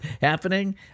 happening